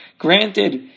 Granted